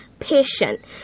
patient